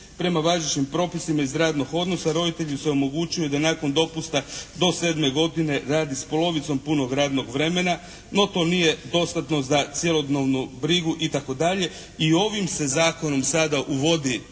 prema važećim propisima iz radnog odnosa roditelju se omogućuje da nakon dopusta do sedme godine radi s polovicom punog radnog vremena no to nije dostatno za cjelodnevnu brigu itd. i ovim se zakonom sada uvodi